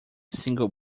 single